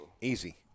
Easy